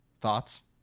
Thoughts